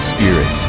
Spirit